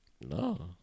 no